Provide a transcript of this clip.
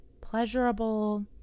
pleasurable